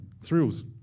thrills